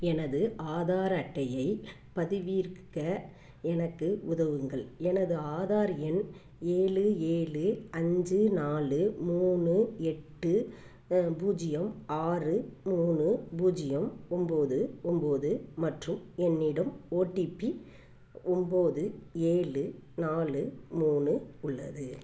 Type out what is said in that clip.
எனது ஆதார் அட்டையைப் பதிவிறக்க எனக்கு உதவுங்கள் எனது ஆதார் எண் ஏழு ஏழு அஞ்சு நாலு மூணு எட்டு பூஜ்யம் ஆறு மூணு பூஜ்யம் ஒன்போது ஒன்போது மற்றும் என்னிடம் ஓடிபி ஒன்போது ஏழு நாலு மூணு உள்ளது